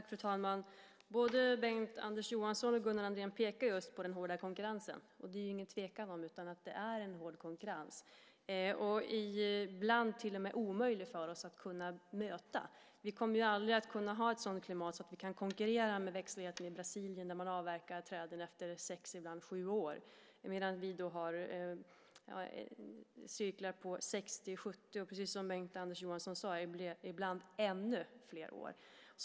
Fru talman! Både Bengt-Anders Johansson och Gunnar Andrén pekar på den hårda konkurrensen. Det råder inget tvivel om att det är en hård konkurrens, ibland till och med omöjlig för oss att möta. Vi kommer aldrig att ha ett sådant klimat att vi kan konkurrera med växtligheten i Brasilien där man avverkar träd efter sex, ibland sju, år medan vi har cirklar på 60-70 år och, precis som Bengt-Anders Johansson sade, ibland ännu fler år.